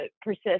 persist